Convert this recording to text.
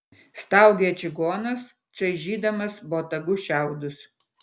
staugė čigonas čaižydamas botagu šiaudus